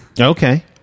okay